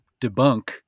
debunk